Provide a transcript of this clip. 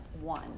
one